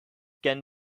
can